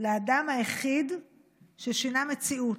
לאדם היחיד ששינה מציאות.